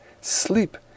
sleep